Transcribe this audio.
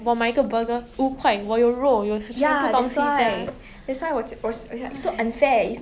even though 他们吃的东西 is like a bit questionable like you look at them you will be like !huh! 你不 like you not worried meh like